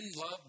love